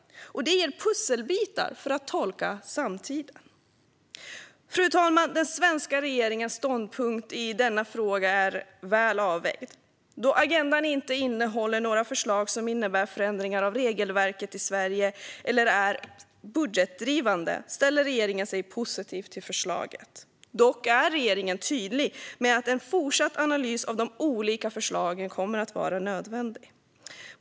Det ger pusselbitar i tolkningen av samtiden. Fru talman! Den svenska regeringens ståndpunkt i denna fråga är väl avvägd. Då agendan inte innehåller några förslag som innebär förändringar av regelverket i Sverige eller är budgetdrivande ställer sig regeringen positiv till förslaget. Regeringen är dock tydlig med att en fortsatt analys av de olika förslagen kommer att vara nödvändig.